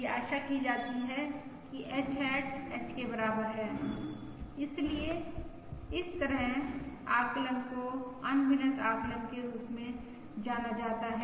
यह आशा की जाती है कि H हैट H के बराबर है इसलिए इस तरह के आकलन को अनभिनत आकलन के रूप में जाना जाता है